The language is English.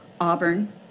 Auburn